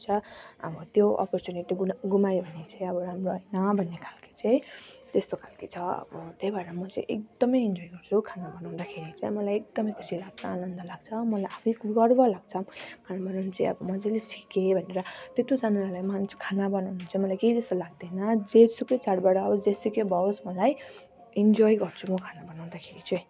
अब त्यो अपर्चुनिटी गुमा गुमायो भने चाहिँ अब राम्रो होइन भन्ने खाले चाहिँ त्यस्तो खाले छ अब त्यही भएर म चाहिँ एकदम इन्जोय गर्छु खाना बनाउँदाखेरि चाहिँ अब मलाई एकदम खुसी लाग्छ आनन्द लाग्छ मलाई आफैँ गर्व लाग्छ मैले खाना बनाउन चाहिँ अब मजाले सिकेँ भनेर त्यत्रोजनालाई खाना बनाउन चाहिँ मलाई केही जस्तो लाग्दैन जे सुकै चाडबाड आवोस् जे सुकै भएस् मलाई इन्जोय गर्छु म खाना बनाउँदाखेरि चाहिँ